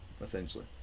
essentially